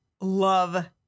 love